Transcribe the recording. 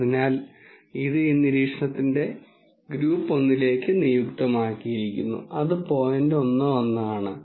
അതിനാൽ ഇത് ഈ നിരീക്ഷണത്തിന്റെ ഗ്രൂപ്പ് 1 ലേക്ക് നിയുക്തമാക്കിയിരിക്കുന്നു അത് പോയിന്റ് 1 1 ആണ്